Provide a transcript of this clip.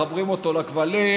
מחברים אותו לכבלים,